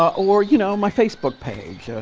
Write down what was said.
ah or you know my facebook page, yeah